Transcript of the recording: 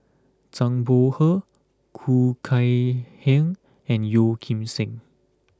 Zhang Bohe Khoo Kay Hian and Yeo Kim Seng